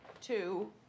two